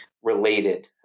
related